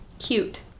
cute